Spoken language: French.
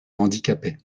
handicapait